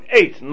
eight